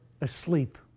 asleep